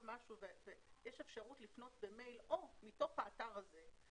יש אפשרות לפנות במייל או מתוך האתר הזה,